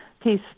peace